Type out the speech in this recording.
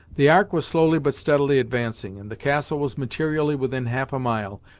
the ark was slowly but steadily advancing, and the castle was materially within half a mile,